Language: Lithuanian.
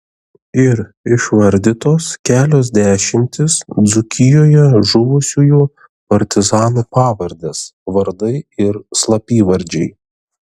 ir išvardytos kelios dešimtys dzūkijoje žuvusiųjų partizanų pavardės vardai ir slapyvardžiai